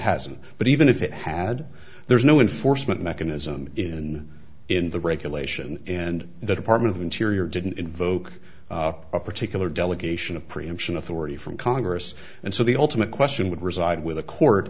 hasn't but even if it had there's no enforcement mechanism in in the regulation and the department of interior didn't invoke a particular delegation of preemption authority from congress and so the ultimate question would reside with